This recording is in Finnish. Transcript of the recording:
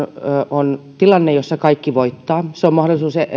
on tilanne jossa kaikki voittavat se on